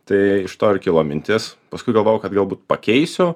tai iš to ir kilo mintis paskui galvojau kad galbūt pakeisiu